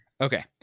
Okay